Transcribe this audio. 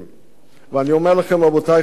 אני אומר לכם, רבותי חברי הכנסת,